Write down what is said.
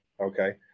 okay